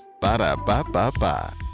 Ba-da-ba-ba-ba